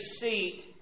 seat